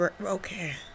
Okay